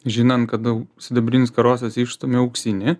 žinant kad dau sidabrinis karosas išstumia auksinį